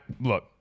look